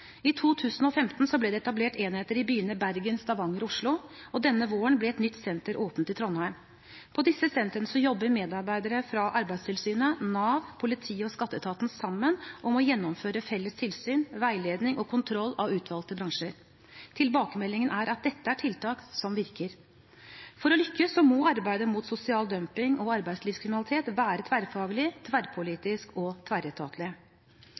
I 2015 ble det etablert enheter i byene Bergen, Stavanger og Oslo, og denne våren ble et nytt senter åpnet i Trondheim. På disse sentrene jobber medarbeidere fra Arbeidstilsynet, Nav, politiet og skatteetaten sammen om å gjennomføre felles tilsyn, veiledning og kontroll av utvalgte bransjer. Tilbakemeldingen er at dette er tiltak som virker. For å lykkes må arbeidet mot sosial dumping og arbeidslivskriminalitet være tverrfaglig, tverrpolitisk og tverretatlig.